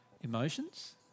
emotions